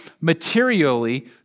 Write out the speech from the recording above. materially